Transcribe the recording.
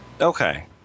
Okay